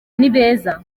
nibeza